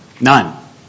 None